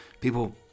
people